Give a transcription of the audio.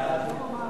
סעיפים 1 8 נתקבלו.